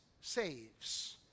saves